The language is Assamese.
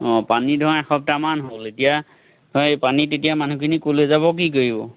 অঁ পানী ধৰা এসপ্তাহমান হ'ল এতিয়া হেৰি পানীত তেতিয়া মানুহখিনি কলৈ যাব কি কৰিব